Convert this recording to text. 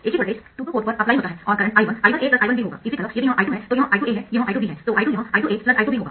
एक ही voltage 2 2 port पर अप्लाई होता है और current I1 I1 AI1 B होगा इसी तरह यदि यह I2 है तो यह I2 A है यह I2 B हैतो I2 यह I2 AI2 B होगा